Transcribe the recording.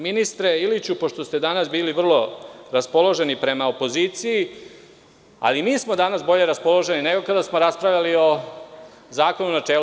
Ministre Iliću, danas ste bili vrlo raspoloženi prema opoziciji, a i mi smo danas bolje raspoloženi nego kada smo raspravljali o zakonu u načelu.